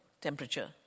temperature